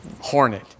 hornet